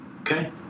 Okay